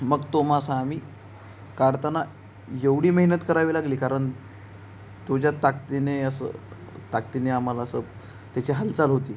मग तो मासा आम्ही काढताना एवढी मेहनत करावी लागली कारण तुझ्या ताकतीने असं ताकतीने आम्हाला असं त्याची हालचाल होती